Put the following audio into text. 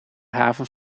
haven